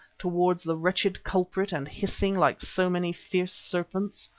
towards the wretched culprit and hissing like so many fierce serpents,